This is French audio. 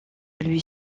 lui